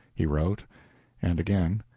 he wrote and again.